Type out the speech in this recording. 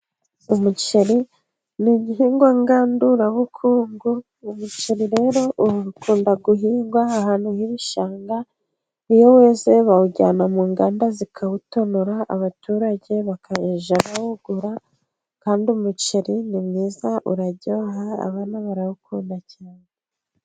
Umuceri ni igihingwa ngandurabuku, umuceri rero ubu ukunda guhingwa ahantu hari igishanga, iyo weze bawujyana mu nganda zikawutonora, abaturage bakawugura kandi umuceri ni mwiza uraryoha, abana barawukunda cyane.